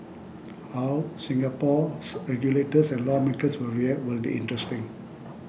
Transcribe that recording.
how Singapore's regulators and lawmakers will react will be interesting